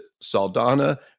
Saldana